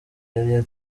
yari